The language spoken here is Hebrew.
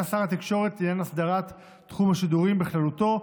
שר התקשורת לעניין אסדרת תחום השידורים בכללותו,